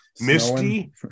misty